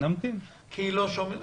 כי לא שומעים.